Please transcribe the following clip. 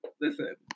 Listen